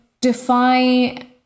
defy